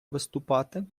виступати